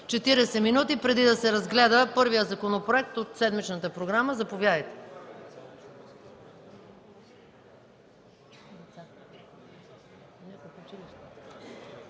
40 минути, преди да се разгледа първият законопроект от седмичната програма. Заповядайте!